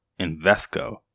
Invesco